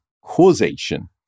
causation